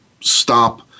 stop